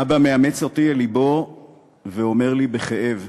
אבא מאמץ אותי אל לבו ואומר לי בכאב: